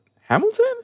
Hamilton